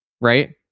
right